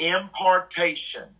impartation